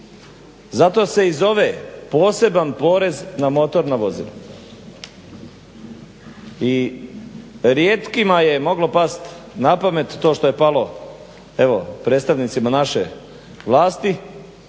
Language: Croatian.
zato se i zove poseban porez na motorna vozila. I rijetkim je moglo pasti na pamet to što je palo evo predstavnicima naše vlasti